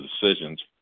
decisions